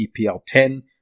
EPL10